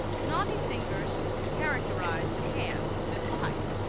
knotty fingers characterize the hands of this type.